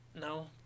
no